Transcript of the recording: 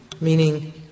meaning